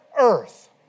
earth